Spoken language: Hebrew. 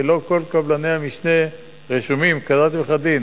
שלא כל קבלני המשנה רשומים כדת וכדין,